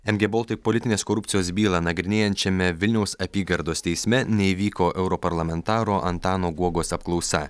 mg baltic politinės korupcijos bylą nagrinėjančiame vilniaus apygardos teisme neįvyko europarlamentaro antano guogos apklausa